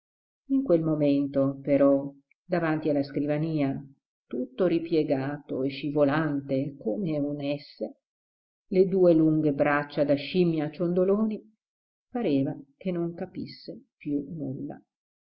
in quel momento però davanti la scrivania tutto ripiegato e scivolante come un's le due lunghe braccia da scimmia ciondoloni pareva che non capisse più nulla